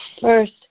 first